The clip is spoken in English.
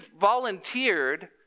volunteered